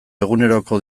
eguneroko